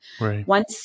Right